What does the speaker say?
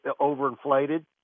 overinflated